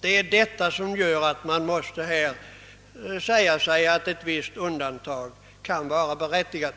Det är detta som motiverar att ett visst undantag kan vara berättigat.